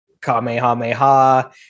Kamehameha